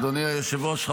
אדוני היושב-ראש,